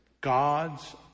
God's